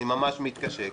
אני ממש מתקשה.